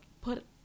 put